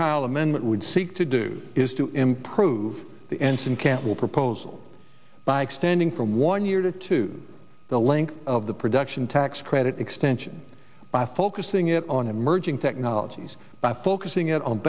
kyle amendment would seek to do is to improve the ensign cancel proposal by extending from one year to two the length of the production tax credit extension by focusing it on emerging technologies by focusing it on